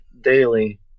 daily